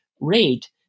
rate